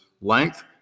length